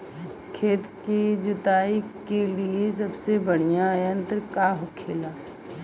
खेत की जुताई के लिए सबसे बढ़ियां यंत्र का होखेला?